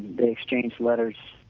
they exchange letters.